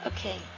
Okay